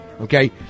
Okay